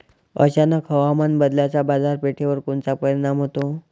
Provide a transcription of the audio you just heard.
अचानक हवामान बदलाचा बाजारपेठेवर कोनचा परिणाम होतो?